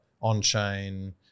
on-chain